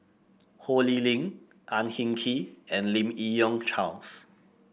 Ho Lee Ling Ang Hin Kee and Lim Yi Yong Charles